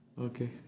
Okay